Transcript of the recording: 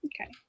Okay